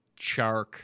Chark